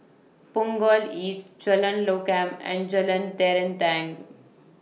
Punggol East Jalan Lokam and Jalan Terentang